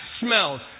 smells